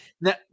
Now